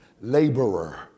laborer